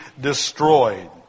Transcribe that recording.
destroyed